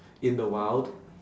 in the wild